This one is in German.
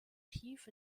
tief